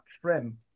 trim